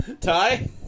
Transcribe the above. Ty